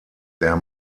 der